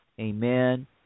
amen